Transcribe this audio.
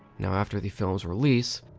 now after the film's release,